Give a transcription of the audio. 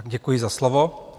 Děkuji za slovo.